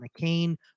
McCain